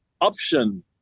option